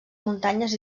muntanyes